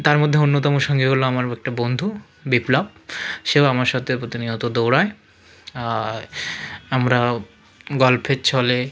তার মধ্যে অন্যতম সঙ্গী হলো আমার একটা বন্ধু বিপ্লব সেও আমার সাথে প্রতিনিয়ত দৌড়য় আর আমরাও গল্পের ছলে